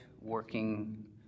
working